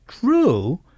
true